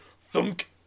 thunk